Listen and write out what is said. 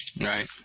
right